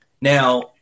Now